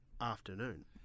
afternoon